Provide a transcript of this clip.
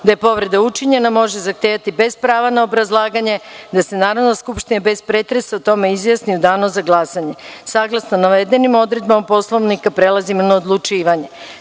da je povreda učinjena može zahtevati bez prava na obrazlaganje da se Narodna skupština bez pretresa o tome izjasni u Danu za glasanje. Saglasno navedenim odredbama Poslovnika prelazimo na odlučivanje. Narodni